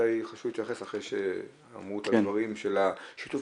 ודאי חשוב שיתייחס אחרי שאמרו את הדברים של שיתוף